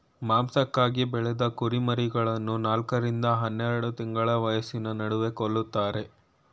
ಮಾಂಸಕ್ಕಾಗಿ ಬೆಳೆದ ಕುರಿಮರಿಗಳನ್ನು ನಾಲ್ಕ ರಿಂದ ಹನ್ನೆರೆಡು ತಿಂಗಳ ವಯಸ್ಸಿನ ನಡುವೆ ಕೊಲ್ತಾರೆ